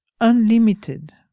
Unlimited